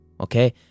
okay